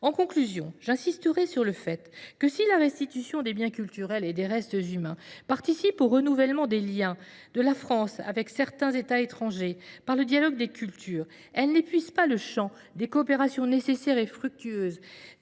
En conclusion, j'insisterai sur le fait que si la restitution des biens culturels et des restes humains participe au renouvellement des liens de la France avec certains Etats étrangers par le dialogue des cultures, elle n'épuise pas le champ des coopérations nécessaires et fructueuses,